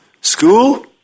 school